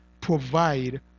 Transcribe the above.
provide